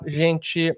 gente